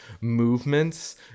movements